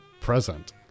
present